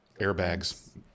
airbags